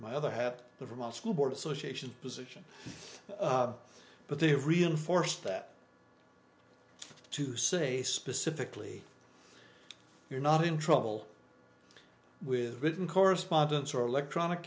my other hat the vermont school board association's position but they have reinforced that to say specifically you're not in trouble with written correspondence or electronic